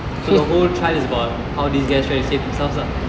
so the whole trial is about how these guys trying to save themselves lah